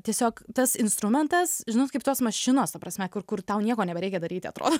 tiesiog tas instrumentas žinot kaip tos mašinos ta prasme kur kur tau nieko nebereikia daryti atrodo